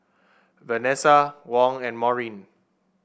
Venessa Wong and Maurine